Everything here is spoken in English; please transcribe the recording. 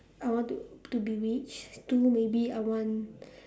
I want to to be rich two maybe I want